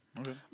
Okay